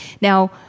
Now